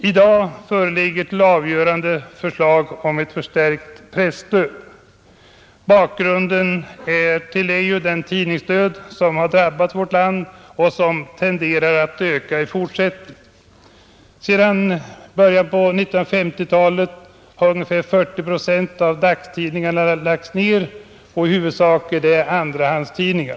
I dag föreligger till avgörande ett förslag om förstärkt presstöd. Bakgrunden till det är ju den tidningsdöd som har drabbat vårt land och som tenderar att öka i fortsättningen. Sedan början på 1950-talet har ungefär 40 procent av dagstidningarna lagts ned, och i huvudsak gäller det andratidningar.